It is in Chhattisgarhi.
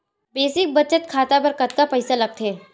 बेसिक बचत खाता बर कतका पईसा लगथे?